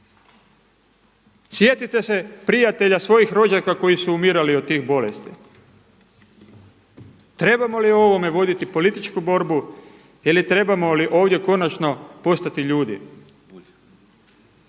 Sjetite se prijatelja, svojih rođaka koji su umirali od tih bolesti. Trebamo li o ovome voditi političku borbu ili trebamo li ovdje konačno postati ljudi?